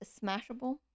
smashable